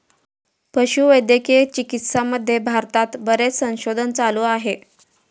पशुवैद्यकीय चिकित्सामध्ये भारतात बरेच संशोधन चालू आहे